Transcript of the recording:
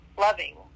loving